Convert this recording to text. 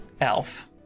elf